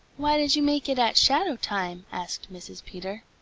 why did you make it at shadow-time? asked mrs. peter.